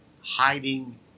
hiding